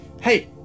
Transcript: hey